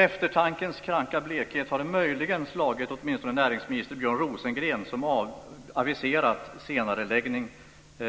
Eftertankens kranka blekhet har möjligen slagit åtminstone näringsminister Björn Rosengren, som aviserat senareläggning